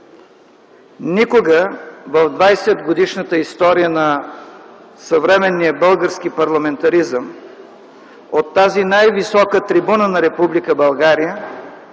Никога в 20-годишната история на съвременния български парламентаризъм от тази най-висока трибуна на Република